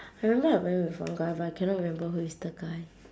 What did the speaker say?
I remember I went with one guy but I cannot remember who's the guy